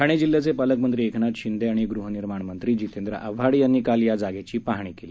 ठाणे जिल्ह्याचे पालकमंत्री एकनाथ शिंदे आणि गृहनिर्माण मंत्री जितेंद्र आव्हाड यांनी काल या जागेची पाहणी केली